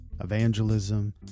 evangelism